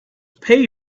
pay